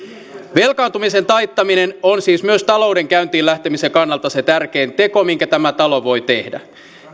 velkaantumisen taittaminen on siis myös talouden käyntiin lähtemisen kannalta tärkein teko minkä tämä talo voi tehdä